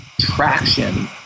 traction